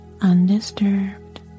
undisturbed